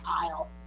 aisle